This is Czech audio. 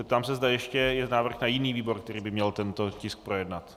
Ptám se, zda je ještě návrh na jiný výbor, který by měl tento tisk projednat.